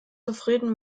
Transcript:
zufrieden